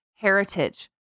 heritage